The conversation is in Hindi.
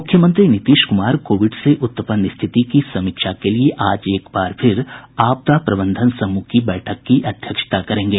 मुख्यमंत्री नीतीश क्मार कोविड से उत्पन्न स्थिति की समीक्षा के लिए आज एकबार फिर आपदा प्रबंधन समूह की बैठक की अध्यक्षता करेंगे